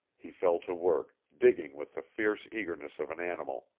he fell to work, digging with the fierce eagerness of an animal.